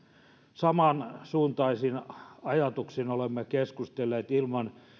samansuuntaisin ajatuksin olemme keskustelleet ilman